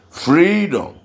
Freedom